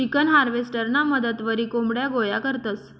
chicken हार्वेस्टरना मदतवरी कोंबड्या गोया करतंस